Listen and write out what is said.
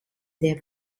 den